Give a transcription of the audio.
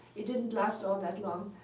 it didn't last all that long.